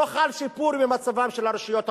לא חל שיפור במצבן של הרשויות המקומיות.